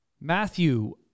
Matthew